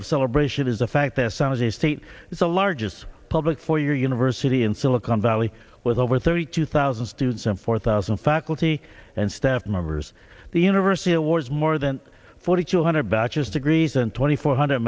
of celebration is the fact their son is a state is the largest public four year university in silicon valley with over thirty two thousand students and four thousand faculty and staff members the university awards more than forty two hundred bachelor's degrees and twenty four hundred